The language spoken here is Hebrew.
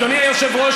אדוני היושב-ראש,